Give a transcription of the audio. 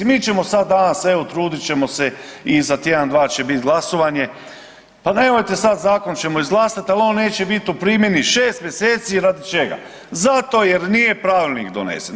Mi ćemo sad danas, evo trudit ćemo se i za tjedan dva će biti glasovanje pa nemojte sad Zakon ćemo izglasat ali on neće bit u primjeni 6. mjeseci radi čega, zato jer nije Pravilnik donesen.